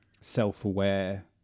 self-aware